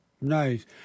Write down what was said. Nice